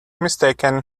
mistaken